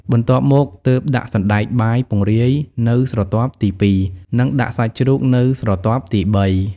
បន្ទាប់មកទើបដាក់សណ្ដែកបាយពង្រាយនៅស្រទាប់ទីពីរ និងដាក់សាច់ជ្រូកនៅស្រទាប់ទីបី។